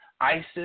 Isis